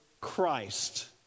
Christ